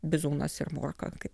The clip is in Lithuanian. bizūnas ir morka kaip